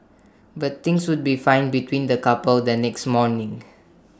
but things would be fine between the couple the next morning